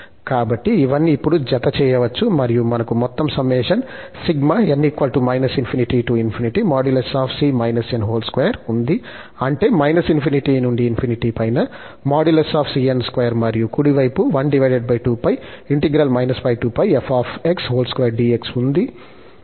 కాబట్టి ఇవన్నీ ఇప్పుడే జతచేయవచ్చు మరియు మనకు మొత్తం సమ్మషన్ ఉంది అంటే − ∞నుండి ∞ పైగా |cn|2 మరియు కుడి వైపు ఉంది